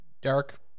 dark